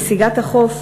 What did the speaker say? נסיגת החוף